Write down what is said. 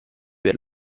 per